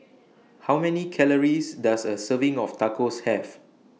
How Many Calories Does A Serving of Tacos Have